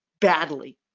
badly